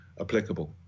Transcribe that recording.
applicable